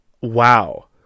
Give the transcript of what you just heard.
Wow